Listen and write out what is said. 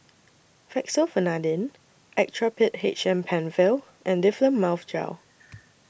Fexofenadine Actrapid H M PenFill and Difflam Mouth Gel